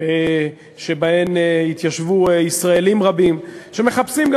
שבהן יתיישבו ישראלים רבים שמחפשים,